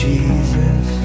Jesus